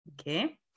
okay